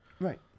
Right